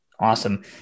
Awesome